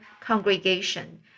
congregation